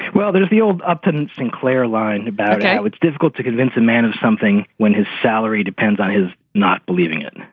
well, but the old upton sinclair line about it's difficult to convince a man of something when his salary depends on his not believing it.